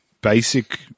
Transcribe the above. basic